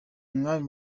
umwami